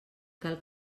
cal